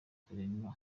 kurenga